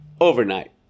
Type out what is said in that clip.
overnight